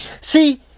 See